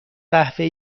قهوه